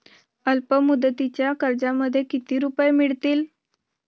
अल्पमुदतीच्या कर्जामध्ये किती रुपये मिळतील?